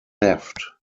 theft